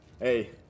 hey